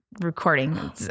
Recording